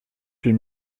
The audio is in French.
huit